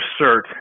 assert